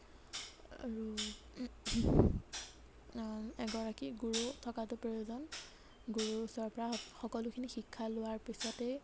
আৰু এগৰাকী গুৰু থকাটো প্ৰয়োজন গুৰুৰ ওচৰৰ পৰা সকলোখিনি শিক্ষা লোৱাৰ পিছতে